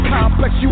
Complex